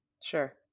Sure